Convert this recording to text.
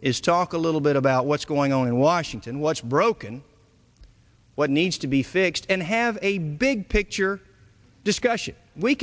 is talk a little bit about what's going on in washington what's broken what needs to be fixed and have a big picture discussion we